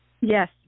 Yes